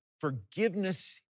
forgiveness